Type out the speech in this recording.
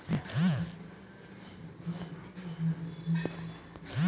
Atal pension Yojana కోసం ఎలా apply చేసుకోవాలో చెపుతారా?